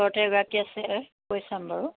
ঘৰতে এগৰাকী আছে কৈ চাম বাৰু